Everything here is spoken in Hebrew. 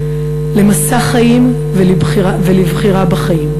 למסע חיים ולבחירה בחיים.